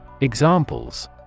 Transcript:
Examples